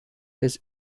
his